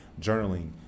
journaling